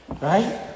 Right